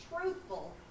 truthful